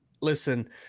listen